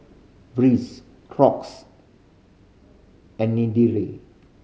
Breeze Crocs and